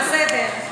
בסדר.